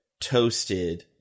toasted